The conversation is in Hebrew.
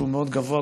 שהוא מאוד גבוה,